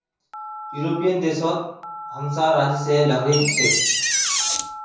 European देश सोत हम चार राज्य से लकड़ी जा छे